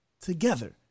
together